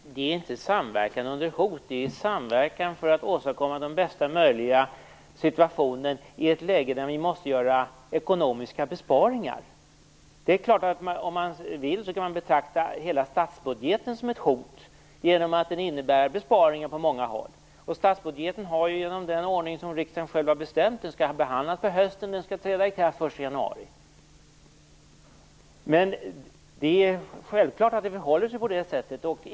Fru talman! Det är inte samverkan under hot, utan det är samverkan för att åstadkomma den bästa möjliga situationen i ett läge där vi måste göra ekonomiska besparingar. Om man vill kan man självfallet betrakta hela statsbudgeten som ett hot, genom att den innebär besparingar på många håll. Statsbudgeten skall, genom den ordning som riksdagen själv har bestämt, behandlas på hösten och träda i kraft den 1 januari. Det är självklart att det förhåller sig på det sättet.